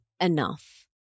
enough